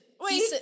wait